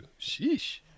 Sheesh